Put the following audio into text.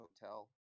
hotel